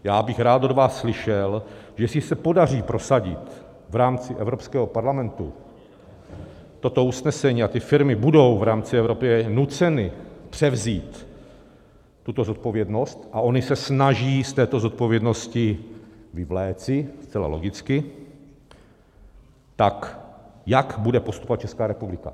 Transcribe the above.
Já bych rád od vás slyšel, jestli se podaří prosadit v rámci Evropského parlamentu toto usnesení a ty firmy budou v rámci Evropy nuceny převzít tuto zodpovědnost, a ony se snaží z této zodpovědnosti vyvléci, zcela logicky, tak jak bude postupovat Česká republika.